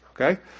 okay